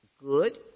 good